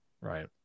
right